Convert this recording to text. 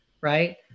right